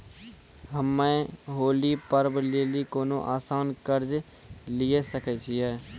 हम्मय होली पर्व लेली कोनो आसान कर्ज लिये सकय छियै?